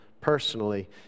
personally